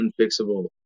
unfixable